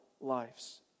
lives